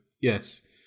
Yes